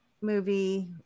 movie